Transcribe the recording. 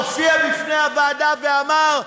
הופיע בפני הוועדה ואמר: